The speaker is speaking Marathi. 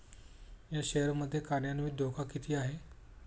या शेअर मध्ये कार्यान्वित धोका किती आहे?